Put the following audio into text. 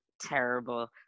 terrible